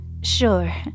Sure